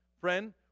Friend